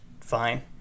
fine